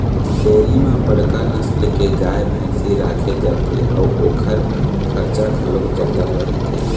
dairy म बड़का नसल के गाय, भइसी राखे जाथे अउ ओखर खरचा घलोक जादा रहिथे